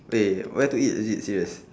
wait where to eat legit serious